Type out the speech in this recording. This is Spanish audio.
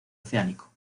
oceánico